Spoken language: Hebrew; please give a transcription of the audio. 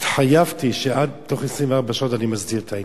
התחייבתי שתוך 24 שעות אני מסדיר את העניין.